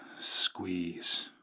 squeeze